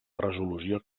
resolució